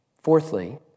Fourthly